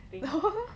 no